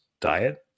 diet